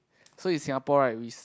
so in Singapore right we s~